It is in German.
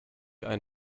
einen